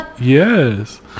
yes